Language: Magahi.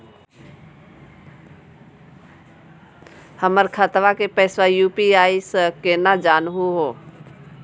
हमर खतवा के पैसवा यू.पी.आई स केना जानहु हो?